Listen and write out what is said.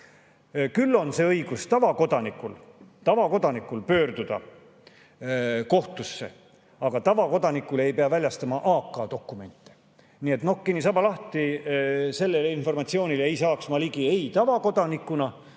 Küll on see õigus tavakodanikul. Tavakodanik võib pöörduda kohtusse, aga tavakodanikule ei pea väljastama AK[-märkega] dokumente. Nii et nokk kinni, saba lahti. Sellele informatsioonile ei saaks ma ligi ei tavakodanikuna,